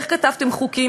איך כתבתם חוקים,